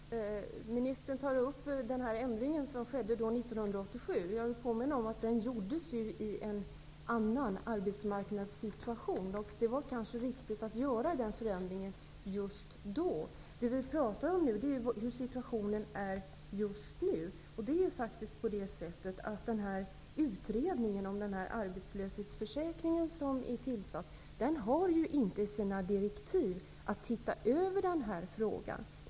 Herr talman! Ministern tar upp den ändring som gjordes 1987 i regeln. Jag vill påminna om att den ändringen genomfördes i en annan arbetsmarknadssituation. Det var kanske riktigt att göra den då. Men det vi nu talar om är situationen just nu. Utredningen om arbetslöshetsförsäkringen har faktiskt inte i sina direktiv fått i uppdrag att se över denna fråga.